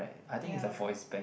ya